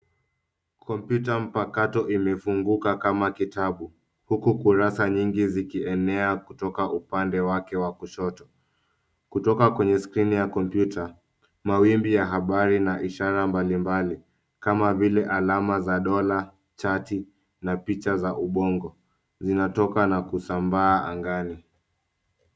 Kompyuta mpakato imefunguka kama kitabu uku kurasa nyingi zikienea kutoka upande wake wa kushoto, kutoka kwenye sckini ya kompyuta kama mawimbi ya habari na ishara mbalimbali kama vile alama za Dola chachi na picha za upongo zinatoka na kusambaa angani